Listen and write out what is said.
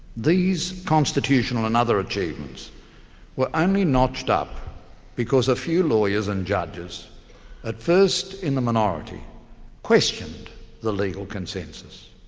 these constitutional and other achievements were only notched up because a few lawyers and judges at first in the minority questioned the legal consensus.